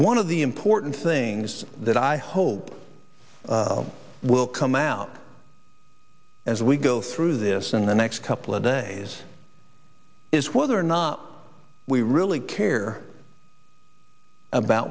one of the important things that i hope will come out as we go through this in the next couple of days is whether or not we really care about